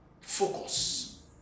focus